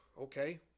okay